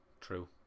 true